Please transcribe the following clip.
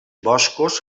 boscos